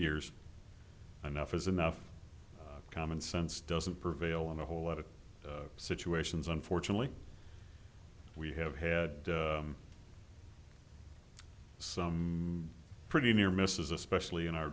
years anough is enough common sense doesn't prevail in a whole lot of situations unfortunately we have had some pretty near misses especially in our